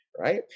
right